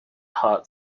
hot